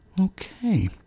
Okay